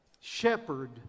shepherd